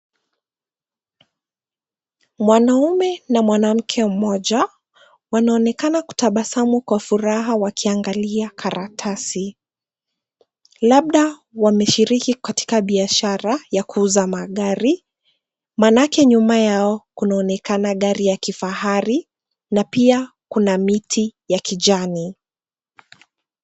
Mwanaume na mwanamke mmoja wanaonekana kutabasamu kwa furaha wakiangalia karatasi, labda wameshiriki katika biashara ya kuuza magari manake nyuma yao kunaonekana gari ya kifahari na pia kuna miti ya kijani.